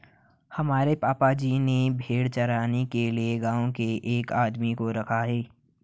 हमारे पापा जी ने भेड़ चराने के लिए गांव के एक आदमी को रखा है